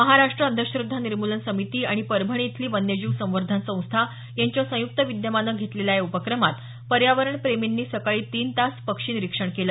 महाराष्ट्र अंधश्रद्धा निर्मुलन समिती आणि परभणी इथली वन्यजीव संवर्धन संस्था यांच्या संयुक्त विद्यमानं घेतलेल्या या उपक्रमात पर्यावरण प्रेमींनी सकाळी तीन तास पक्षी निरीक्षण केलं